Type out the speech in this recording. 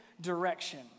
direction